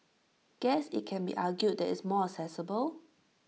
guess IT can be argued that it's more accessible